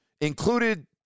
included